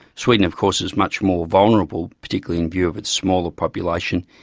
sweden of course is much more vulnerable, particularly in view of its smaller population,